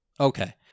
Okay